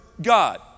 God